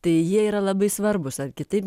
tai jie yra labai svarbūs ar kitaip